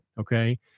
Okay